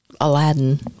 Aladdin